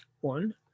one